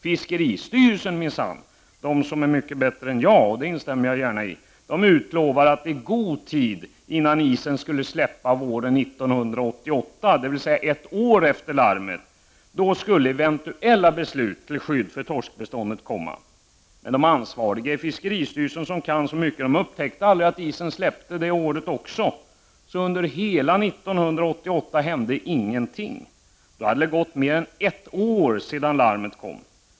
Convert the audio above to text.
Fiskeristyrelsen — som är mycket bättre än jag, och det instämmer jag gärna i — utlovade minsann att i god tid innan isen skulle släppa våren 1988, dvs. ett år efter larmet, skulle eventuella beslut till skydd för torskbeståndet komma. Men de ansvariga i fiskeristyrelsen, som kan så mycket, upptäckte aldrig att isen släppte det året också, så under hela 1988 hände ingenting. Då hade det gått mer än ett år sedan larmet kom.